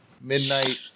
midnight